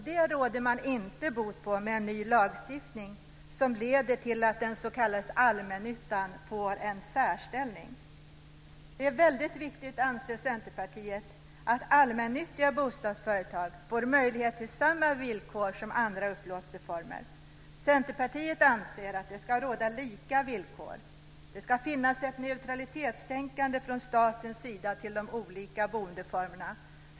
Det råder man inte bot på med en ny lagstiftning som leder till att den s.k. allmännyttan får en särställning. Centerpartiet anser att det är väldigt viktigt att allmännyttiga bostadsföretag får möjlighet till samma villkor som andra upplåtelseformer. Centerpartiet anser att det ska råda lika villkor. Det ska finnas ett neutralitetstänkande från statens sida till de olika boendeformerna.